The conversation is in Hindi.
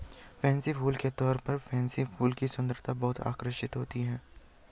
फैंसी फूल के तौर पर पेनसी फूल की सुंदरता बहुत आकर्षक होती है